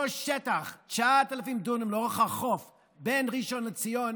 אותו שטח של 9,000 דונם לאורך החוף בין ראשון לציון